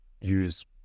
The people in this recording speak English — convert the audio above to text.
use